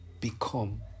become